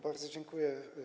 Bardzo dziękuję.